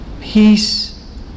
Peace